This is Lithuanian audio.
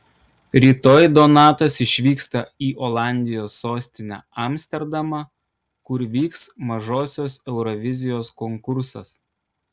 rytoj donatas išvyksta į olandijos sostinę amsterdamą kur vyks mažosios eurovizijos konkursas